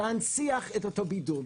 להנציח את אותו בידול.